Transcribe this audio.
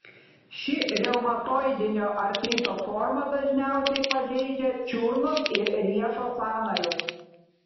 ši reumatoidinio artrito forma dažniausiai pažeidžia čiurnos ir riešo sąnarius